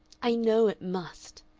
i know it must.